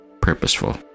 purposeful